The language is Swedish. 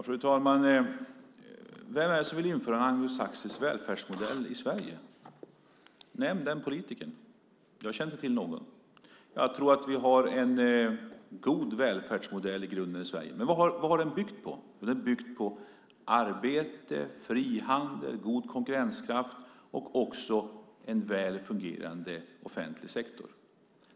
Fru talman! Vem är det som vill införa en anglosaxisk välfärdsmodell i Sverige? Nämn den politikern! Jag känner inte till någon. Jag tror att vi i grunden har en god välfärdsmodell i Sverige. Men vad har den byggt på? Den har byggt på arbete, frihandel, god konkurrenskraft och också en väl fungerande offentlig sektor.